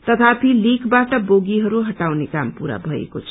तथापि लीकबाट बोगीहरू हटाउने काम पूरा भएको छ